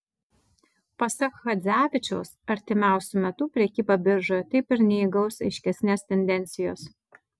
pasak chadzevičiaus artimiausiu metu prekyba biržoje taip ir neįgaus aiškesnės tendencijos